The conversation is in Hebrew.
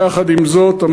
יחד עם זאת,